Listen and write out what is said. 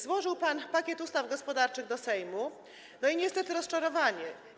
Złożył pan pakiet ustaw gospodarczych do Sejmu i niestety rozczarowanie.